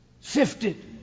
Sifted